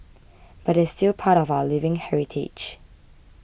but they're still part of our living heritage